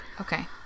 Okay